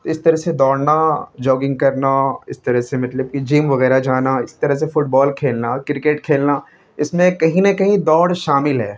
اس طرح سے دوڑنا جاگنگ کرنا اس طرح سے مطلب کہ جم وغیرہ جانا اس طرح سے فٹ بال کھیلنا کرکٹ کھیلنا اس میں کہیں نہ کہیں دوڑ شامل ہے